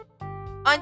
on